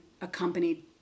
accompanied